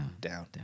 Down